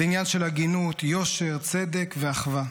זה עניין של הגינות, יושר, צדק ואחווה.